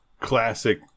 classic